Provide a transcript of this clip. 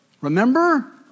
Remember